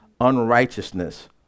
unrighteousness